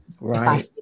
right